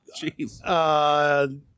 Jeez